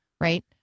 right